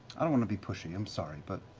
i don't want to be pushy. i'm sorry. but